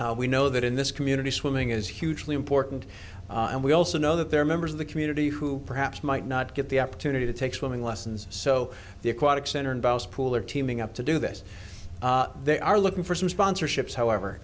we know that in this community swimming is hugely important and we also know that there are members of the community who perhaps might not get the opportunity to take swimming lessons so the aquatic center involves pool or teaming up to do this they are looking for some sponsorships however